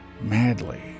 madly